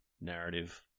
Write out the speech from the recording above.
narrative